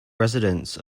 residents